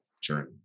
journey